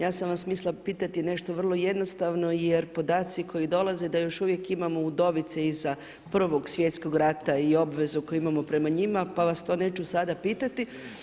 Ja sam vas mislila pitati nešto vrlo jednostavno jer podaci koji dolaze da još uvijek imamo udovice iza Prvog svjetskog rata i obvezu koju imamo prema njima, pa vas to neću sada pitati.